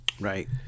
Right